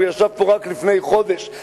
והוא ישב פה רק לפני חודש,